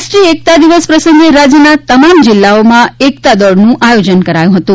રાષ્ટ્રીય એકતા દિવસ પ્રસંગે રાજ્યના તમામ જિલ્લાઓમાં એકતા દોડનું આયોજન કરાયું હતું